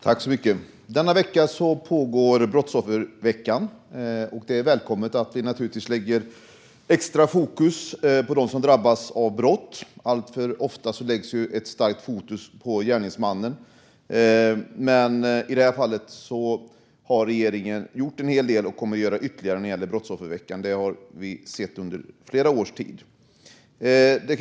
Fru talman! Denna vecka är det brottsofferveckan, och det är välkommet att det sätts extra fokus på dem som drabbats av brott. Alltför ofta läggs stort fokus på gärningsmännen. Regeringen har gjort en hel del när det gäller brottsoffer, vilket vi har sett under åren, och mer kommer att göras.